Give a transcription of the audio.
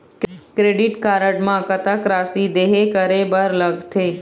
Credit card म कतक राशि देहे करे बर लगथे?